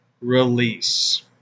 release